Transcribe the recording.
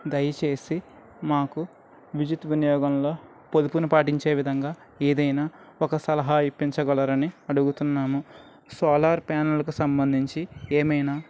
దయచేసి మాకు విద్యుత్ వినియోగంలో పొదుపును పాటించే విధంగా ఏదైనా ఒక సలహా ఇప్పించగలరా అని అడుగుతున్నాము సోలార్ ప్యాన్లకు సంబంధించి ఏమైనా